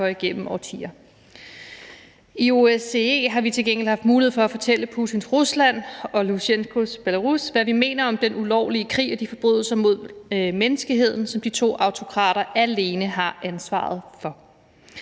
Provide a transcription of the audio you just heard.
I OSCE har vi til gengæld haft mulighed for at fortælle Putins Rusland og Lukasjenkos Belarus, hvad vi mener om den ulovlige krig og de forbrydelser mod menneskeheden, som de to autokrater alene har ansvaret for.